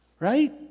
Right